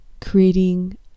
creating